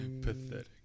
Pathetic